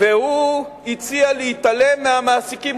והוא הציע להתעלם מהמעסיקים.